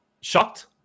Shocked